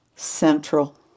Central